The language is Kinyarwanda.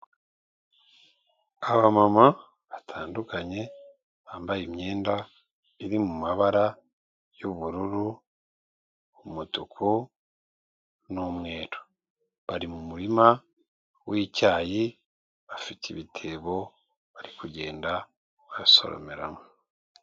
Abamama batandukanye bambaye imyenda iri mu mabara y'ubururu, umutuku n'umweru, bari mu murima w'icyayi, bafite ibitebo bari kugenda basoromeramo.